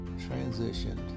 transitioned